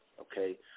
Okay